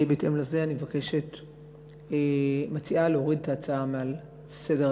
בהתאם לזה אני מציעה להוריד את ההצעה מעל סדר-היום.